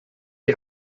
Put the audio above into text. die